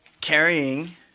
carrying